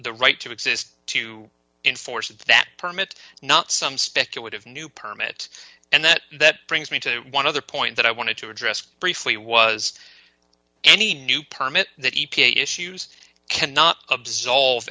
the right to exist to enforce that permit not some speculative new permit and that that brings me to one other point that i wanted to address briefly was any new comet that e p a issues cannot absolve